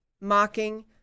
mocking